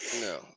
No